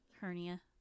Hernia